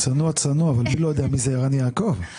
הוא צנוע, אבל מי לא יודע מי זה ערן יעקב?